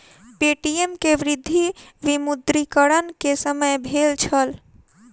Paytm के वृद्धि विमुद्रीकरण के समय भेल छल